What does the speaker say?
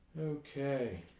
Okay